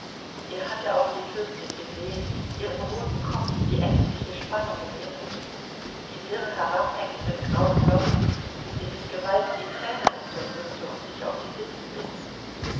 er hatte auch die fürstin gesehen ihren roten kopf die ängstliche spannung in ihren zügen die wirr herabhängenden grauen locken wie sie mit gewalt die tränen unterdrückte und sich auf die lippen biß